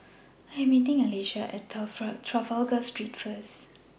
I Am meeting Alisha At Trafalgar Street First